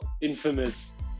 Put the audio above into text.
infamous